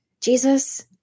Jesus